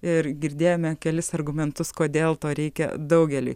ir girdėjome kelis argumentus kodėl to reikia daugeliui